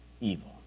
evil